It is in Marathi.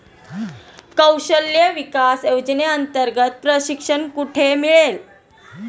कौशल्य विकास योजनेअंतर्गत प्रशिक्षण कुठे मिळेल?